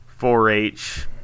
4-H